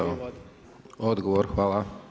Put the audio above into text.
Odgovor, hvala.